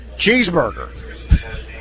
cheeseburger